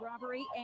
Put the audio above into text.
robbery